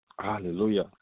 Hallelujah